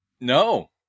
No